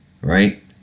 right